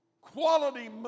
quality